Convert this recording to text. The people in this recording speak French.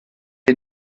est